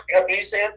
abusive